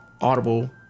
Audible